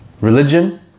religion